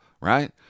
right